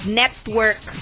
network